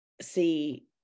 see